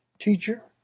teacher